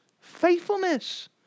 faithfulness